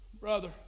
Brother